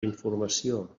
informació